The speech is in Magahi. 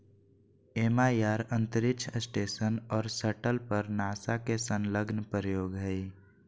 एम.आई.आर अंतरिक्ष स्टेशन और शटल पर नासा के संलग्न प्रयोग हइ